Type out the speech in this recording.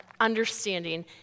understanding